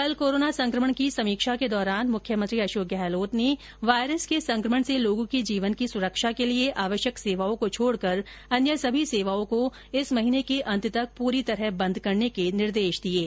कल कोरोना संक्रमण की समीक्षा को दौरान मुख्यमंत्री अशोक गहलोत ने वायरस के संक्रमण से लोगों के जीवन की सुरक्षा के लिए आवश्यक सेवाओं को छोड़कर अन्य सभी सेवाओ को इस महीने के अंत तक पूरी तरह बंद करने के निर्देश दिए हैं